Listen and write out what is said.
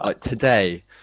Today